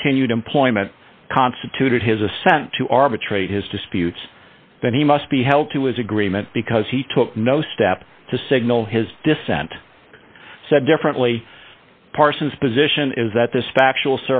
continued employment constituted his assent to arbitrate his disputes then he must be held to his agreement because he took no steps to signal his descent so differently parson's position is that this factual